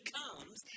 comes